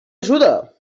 ajuda